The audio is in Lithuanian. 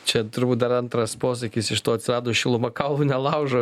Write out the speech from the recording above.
čia turbūt dar antras posakis iš to atsirado šiluma kaulų nelaužo